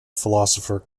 philosopher